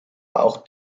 auch